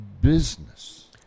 business